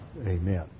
Amen